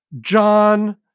John